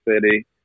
City